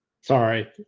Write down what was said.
Sorry